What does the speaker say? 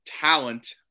talent